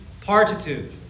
partitive